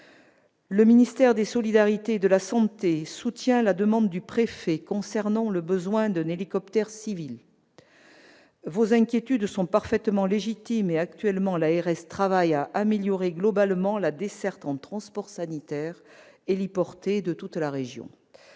Le ministère des solidarités et de la santé soutient la demande du préfet concernant le besoin d'un hélicoptère civil. Vos inquiétudes sont parfaitement légitimes. Actuellement, l'ARS travaille à améliorer globalement la desserte en transports sanitaires héliportés de toute la région.